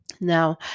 Now